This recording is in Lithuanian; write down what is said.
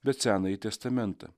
bet senąjį testamentą